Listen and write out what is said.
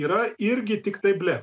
yra irgi tiktai blef